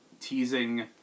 teasing